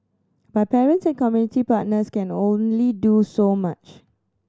but parents and community partners can only do so much